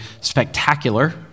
spectacular